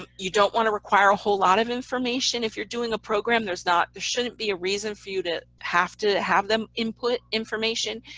um you don't want to require a whole lot of information, if you're doing a program there's not, there shouldn't be a reason for you to have to have them input information.